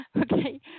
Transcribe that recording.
Okay